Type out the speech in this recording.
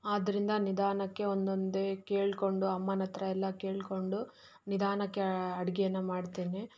ಆದ್ದರಿಂದ ನಿಧಾನಕ್ಕೆ ಒಂದೊಂದೇ ಕೇಳಿಕೊಂಡು ಅಮ್ಮನ ಹತ್ರ ಎಲ್ಲ ಕೇಳಿಕೊಂಡು ನಿಧಾನಕ್ಕೆ ಅಡುಗೆಯನ್ನ ಮಾಡ್ತೇನೆ